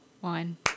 one